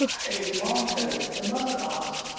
it is longcoat the musk ox,